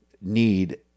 need